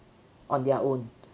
on their own